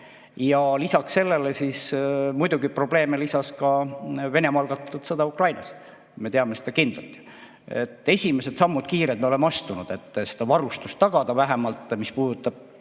valusalt tunda. Muidugi probleeme lisas ka Venemaa algatatud sõda Ukrainas. Me teame seda kindlalt. Esimesed kiired sammud me oleme astunud, et seda varustust tagada, vähemalt, mis puudutab